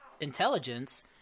intelligence